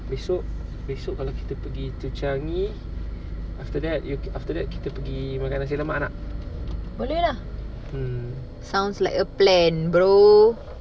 esok esok kita pergi to changi after that after that kita pergi makan nasi lemak nak mm